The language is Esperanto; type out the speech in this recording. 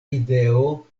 ideo